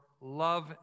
love